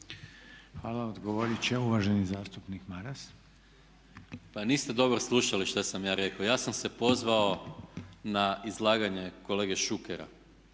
Hvala. Odgovorit će uvaženi zastupnik Maras. **Maras, Gordan (SDP)** Pa niste dobro slušali šta sam ja rekao. Ja sam se pozvao na izlaganje kolege Šukera